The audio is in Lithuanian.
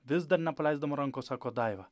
vis dar nepaleisdama rankos sako daiva